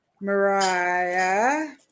Mariah